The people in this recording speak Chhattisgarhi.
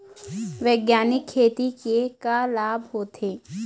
बैग्यानिक खेती के का लाभ होथे?